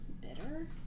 bitter